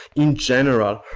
in general.